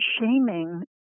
shaming